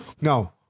No